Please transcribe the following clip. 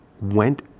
went